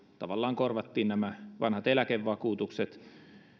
tavallaan korvattiin nämä vanhat eläkevakuutukset